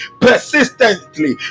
persistently